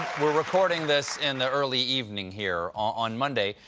we're recording this in the early evening here on monday,